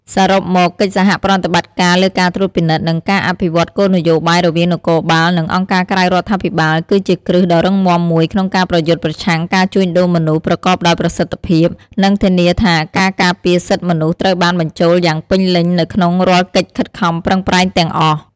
សរុបមក កិច្ចសហប្រតិបត្តិការលើការត្រួតពិនិត្យ និងការអភិវឌ្ឍគោលនយោបាយរវាងនគរបាល និងអង្គការក្រៅរដ្ឋាភិបាល គឺជាគ្រឹះដ៏រឹងមាំមួយក្នុងការប្រយុទ្ធប្រឆាំងការជួញដូរមនុស្សប្រកបដោយប្រសិទ្ធភាព និងធានាថាការការពារសិទ្ធិមនុស្សត្រូវបានបញ្ចូលយ៉ាងពេញលេញនៅក្នុងរាល់កិច្ចខិតខំប្រឹងប្រែងទាំងអស់។